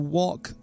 walk